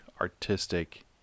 artistic